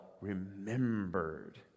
remembered